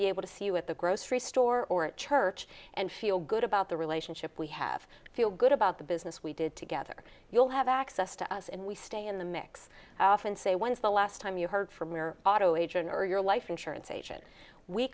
be able to see you at the grocery store or at church and feel good about the relationship we have feel good about the business we did together you'll have access to us and we stay in the mix often say once the last time you heard from your auto agent or your life insurance agent we